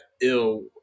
ill